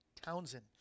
Townsend